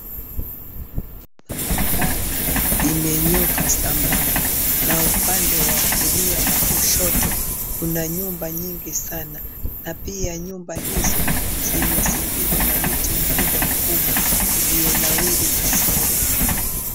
Barabara imenyooka sambamba na upande wa kulia na kushoto kuna nyumba nyingi sana na pia nyumba hizo zimezingirwa na miti mikubwa mikubwa iliyonawiri vizuri.